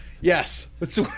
Yes